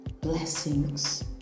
blessings